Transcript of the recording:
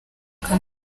canada